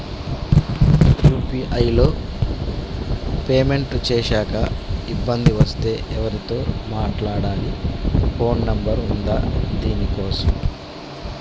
UPI లో payment చేశాక ఇబ్బంది వస్తే ఎవరితో మాట్లాడాలి? ఫోన్ నంబర్ ఉందా దీనికోసం?